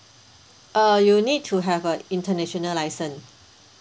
uh you need to have a international license